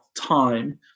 time